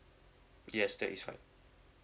yes that is fine